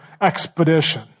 expedition